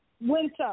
Winter